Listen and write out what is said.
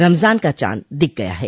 रमजान का चाँद दिख गया है